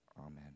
Amen